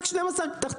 רק 12 תחתי,